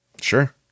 Sure